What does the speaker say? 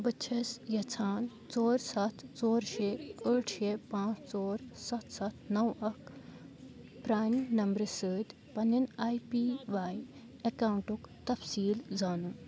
بہٕ چھس یژھان ژور سَتھ ژور شےٚ ٲٹھ شےٚ پانٛژھ ژور سَتھ سَتھ نَو اکھ پرٛانہِ نمبرٕ سۭتۍ پننٮ۪ن آی پی واے اکاونٹُک تفصیٖل زانُن